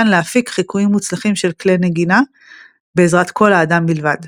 ניתן להפיק חיקויים מוצלחים של כלי נגינה בעזרת קול האדם בלבד.